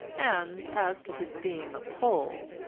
and as to his being a pole,